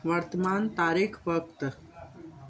वर्तमान तारीख़ वक़्तु